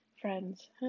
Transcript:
Friends